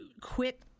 quit